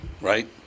right